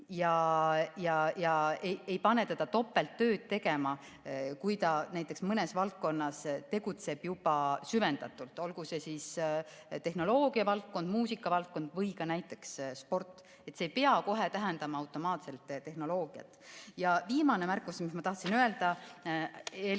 ja ei pane teda topelt tööd tegema, kui ta mõnes valdkonnas tegutseb juba süvendatult, olgu see siis tehnoloogiavaldkond, muusikavaldkond või ka näiteks sport. See ei pea kohe tähendama automaatselt tehnoloogiat. Ja viimane märkus, mis ma tahtsin öelda eelkõige